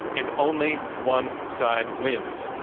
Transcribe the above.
and only one side wins.